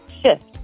shift